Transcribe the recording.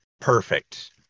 perfect